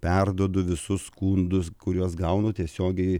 perduodu visus skundus kuriuos gaunu tiesiogiai